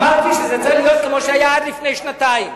אמרתי שזה צריך להיות כמו שהיה עד לפני שנתיים.